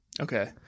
Okay